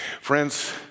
Friends